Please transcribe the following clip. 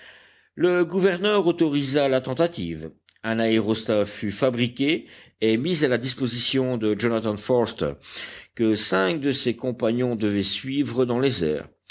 le gouverneur autorisa la tentative un aérostat fut fabriqué et mis à la disposition de jonathan forster que cinq de ses compagnons devaient suivre dans les airs